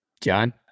John